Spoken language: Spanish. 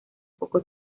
poco